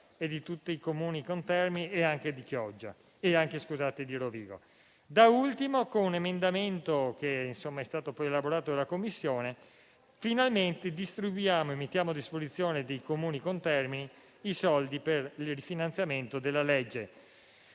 di tutti i Comuni contermini e anche di Rovigo. Infine, con un emendamento che è stato elaborato dalla Commissione, finalmente distribuiamo e mettiamo a disposizione dei Comuni contermini le risorse per il rifinanziamento della legge